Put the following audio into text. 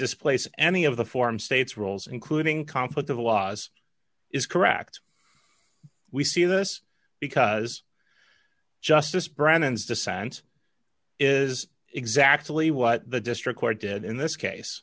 displace any of the form states rules including conflict of laws is correct we see this because justice brennan's dissent is exactly what the district court did in this case